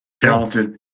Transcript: talented